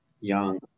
young